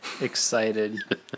excited